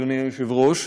אדוני היושב-ראש,